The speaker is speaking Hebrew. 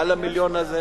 על המיליון הזה